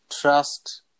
trust